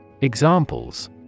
Examples